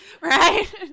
Right